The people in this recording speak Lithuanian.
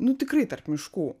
nu tikrai tarp miškų